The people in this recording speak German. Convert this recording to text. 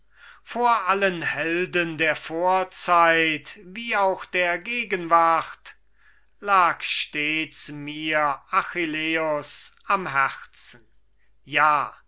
vor allen helden der vorzeit wie auch der gegenwart lag stets mir achilleus am herzen ja